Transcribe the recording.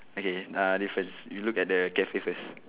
okay ah difference you look at the cafe first